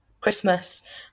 Christmas